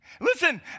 Listen